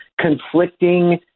conflicting